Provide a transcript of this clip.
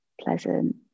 pleasant